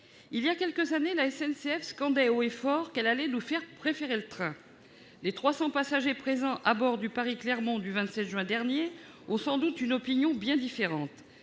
Voilà quelques années, la SNCF scandait haut et fort qu'elle allait nous « faire préférer le train ». Les trois cents passagers présents à bord du Paris-Clermont du 27 juin dernier ont sans doute une opinion bien différente